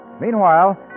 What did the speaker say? Meanwhile